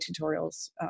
tutorials